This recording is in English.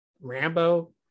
rambo